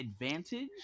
advantage